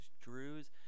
Drew's